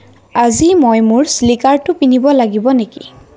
আজি মই মোৰ শ্লিকাৰটো পিন্ধিব লাগিব নেকি